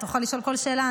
תוכל לשאול כל שאלה.